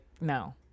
no